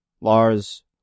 Lars